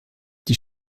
die